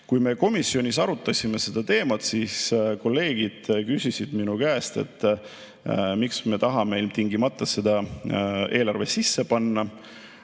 Kui me komisjonis arutasime seda teemat, siis kolleegid küsisid minu käest, miks me tahame ilmtingimata seda eelarve sisse panna.